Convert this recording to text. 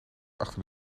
achter